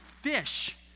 fish